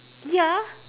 ya